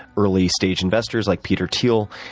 early-stage investors, like peter thiel,